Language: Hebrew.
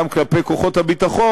גם כלפי כוחות הביטחון,